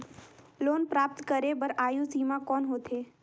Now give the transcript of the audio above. Loan प्राप्त करे बर आयु सीमा कौन होथे?